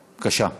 בבקשה.